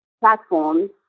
platforms